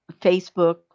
Facebook